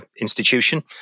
institution